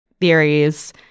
theories